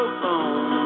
phone